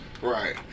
Right